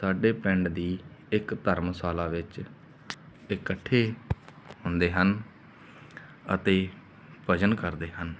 ਸਾਡੇ ਪਿੰਡ ਦੀ ਇੱਕ ਧਰਮਸ਼ਾਲਾ ਵਿੱਚ ਇਕੱਠੇ ਹੁੰਦੇ ਹਨ ਅਤੇ ਭਜਨ ਕਰਦੇ ਹਨ